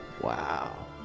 wow